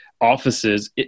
offices